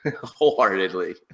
wholeheartedly